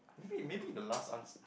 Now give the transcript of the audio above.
maybe maybe the last ans~